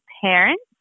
parents